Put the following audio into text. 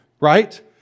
right